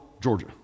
Georgia